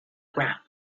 ground